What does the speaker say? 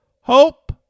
hope